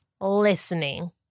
listening